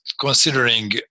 considering